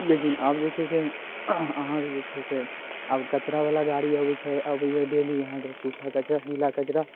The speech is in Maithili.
लेकिन आब जे छै से अहाँके जे छै से आब कचड़ावला गाड़ी अबै छै अबै यऽ डेली अहाँके सूखा कचड़ा गीला कचड़ा